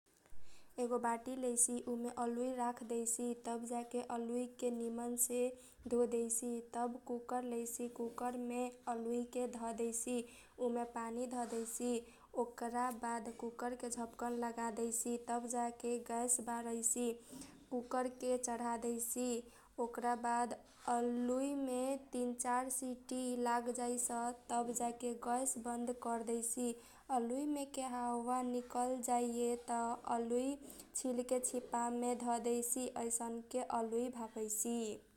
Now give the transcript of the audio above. एगो बाटी लैसी उमे अलुइ राख दैसी तब जाके अलुइ के निम्नसे धोदैसी तब कुकर लैसी कुकरमे अलुइ के धदैसी उमे पानी धदैसी ओकरा बाद कुकर के झपकन लगा दैसी तब जाके गैस बार दैसी तब कुकर के चढादैसी ओकरा बाद अलुइमे तीन चार सिटी लाग जैस तब जाके गैस बन्द करदैसी अलुइ मेके हावा निकल जाइये त अलुइ छिलके छिपा मे धदैसी अइसनके अलुइ भाफइसी ।